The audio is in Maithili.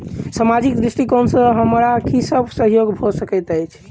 सामाजिक दृष्टिकोण सँ हमरा की सब सहयोग भऽ सकैत अछि?